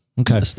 Okay